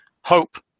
hope